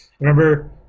remember